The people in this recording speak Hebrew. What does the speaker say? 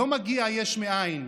לא מגיע יש מאין.